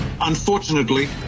Unfortunately